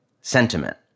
sentiment